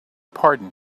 pardon